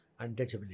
untouchability